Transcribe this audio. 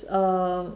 um